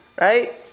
right